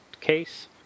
case